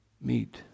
meet